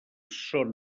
són